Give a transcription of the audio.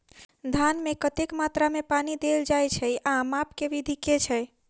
धान मे कतेक मात्रा मे पानि देल जाएँ छैय आ माप केँ विधि केँ छैय?